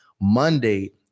Monday